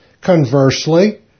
Conversely